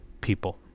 people